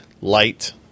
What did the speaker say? light